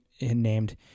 named